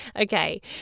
okay